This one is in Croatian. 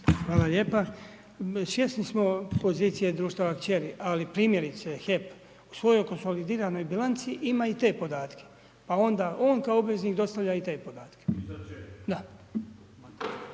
Hvala lijepa. Svjesni smo pozicije društava kćeri. Ali, primjerice HEP. U svojoj konsolidiranoj bilanci ima i te podatke, pa onda on kao obveznik dostavlja i te